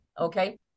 okay